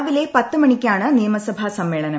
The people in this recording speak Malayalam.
രാവിലെ പത്ത് മണിക്കാണ് നിയമസഭാ സമ്മേളനം